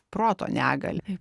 proto negalią